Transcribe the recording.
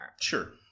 Sure